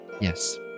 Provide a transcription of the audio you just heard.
Yes